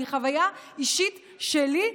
מחוויה אישית שלי,